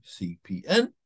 CPN